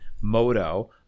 Moto